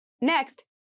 Next